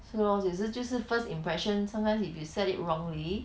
是 lor 也是就是 first impression sometimes if you set it wrongly